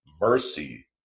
mercy